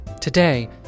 Today